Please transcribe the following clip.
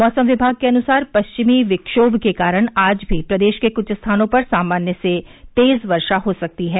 मौसम विभाग के अनुसार पश्चिमी विक्षोष के कारण आज भी प्रदेश के कुछ स्थानों पर सामान्य से तेज वर्षा हो सकती है